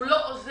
הוא לא עוזר,